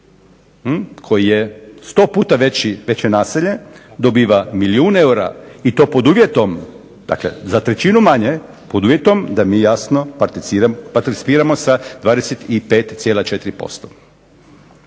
koji je sto puta veće naselje dobiva milijun eura i to pod uvjetom, dakle za trećinu manje pod uvjetom da mi jasno participiramo sa 25,4%.